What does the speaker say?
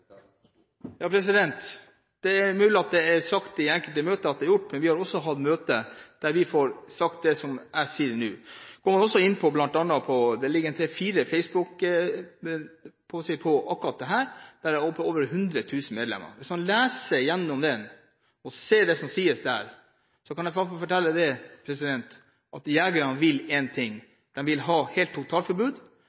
Det er mulig at det er sagt i enkelte møter, men vi har også hatt møter der vi har fått sagt det som jeg sier nå. Går man inn på facebook, ser man at det ligger tre–fire sider om akkurat dette, og der er det over 100 000 medlemmer. Hvis man leser igjennom dette og ser det som sies der, kan jeg i hvert fall fortelle at jegerne vil én ting: